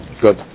Good